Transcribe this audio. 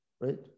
right